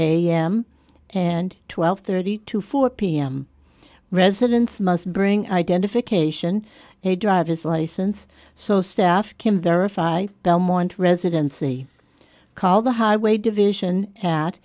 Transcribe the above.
am and twelve thirty two four pm residents must bring identification a driver's license so staff can verify belmont residency called the highway division at